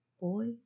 boy